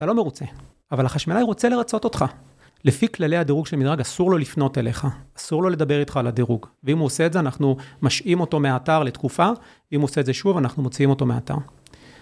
אתה לא מרוצה אבל החשמלאי רוצה לרצות אותך לפי כללי הדירוג של מדרג אסור לו לפנות אליך אסור לו לדבר איתך על הדירוג ואם הוא עושה את זה אנחנו משהים אותו מאתר לתקופה ואם הוא עושה את זה שוב אנחנו מוציאים אותו מאתר